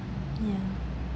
ya